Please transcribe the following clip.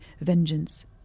vengeance